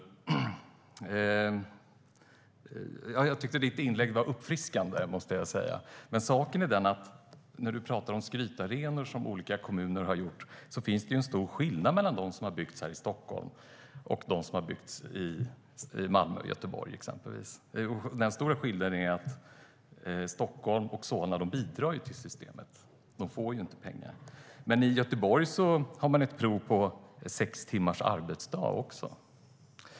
Jag tyckte att ditt inlägg var uppfriskande, måste jag säga. Men det finns en stor skillnad mellan de skrytarenor som byggts här i Stockholmsområdet och dem som byggts i exempelvis Malmö och Göteborg, nämligen att Stockholm och Solna bidrar till systemet. De får inte pengar. I Göteborg har man dessutom ett prov med sex timmars arbetsdag.